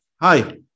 Hi